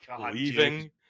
leaving